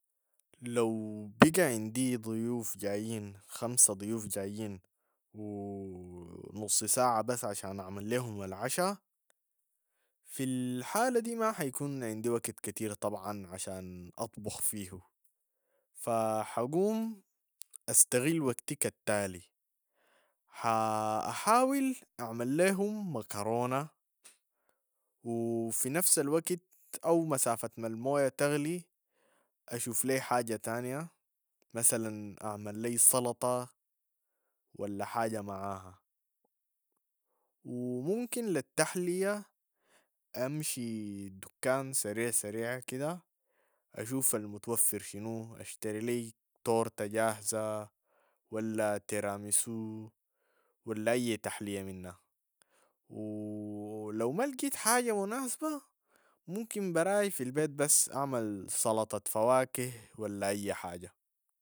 لو بقى عندي ضيوف جايين، خمسة ضيوف جايين و نص ساعة بس عشان اعمل ليهم العشاء، في الحالة دي ما حيكون عندي وقت كتير طبعا عشان اطبخ فيو، ف- حقوم استغل وقتي كالتالي حا حاول اعمل ليهم مكرونة و في نفس الوقت او مسافة ما الموية تغلي اشوف لي حاجة تانية مثلا اعمل لي صلطة ولا حاجة معاها و ممكن للتحلية امشي دكان سريع سريع كده اشوف المتوفر شنو اشتري لي طورة جاهزة ولا ترامسو ولا اي تحلية منها و لو ما لقيت حاجة مناسبة ممكن براي في البيت بس اعمل صلطة فواكه ولا اي حاجة.